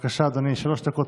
למעבר שלכם